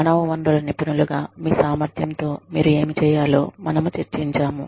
మానవ వనరుల నిపుణులుగా మీ సామర్థ్యం తో మీరు ఏమి చేయాలో మనము చర్చించాము